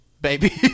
baby